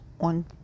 on